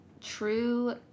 true